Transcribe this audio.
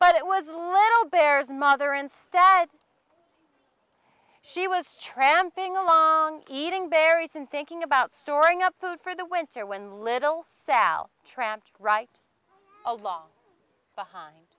but it was a little bear's mother instead she was tramping along eating berries and thinking about storing up food for the winter when little sal tramped right along behind